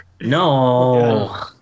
no